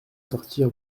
sortir